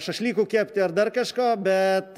šašlykų kepti ar dar kažką bet